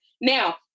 Now